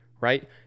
right